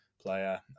player